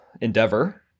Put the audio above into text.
endeavor